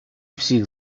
всіх